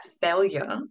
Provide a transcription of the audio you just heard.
failure